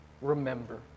remember